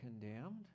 condemned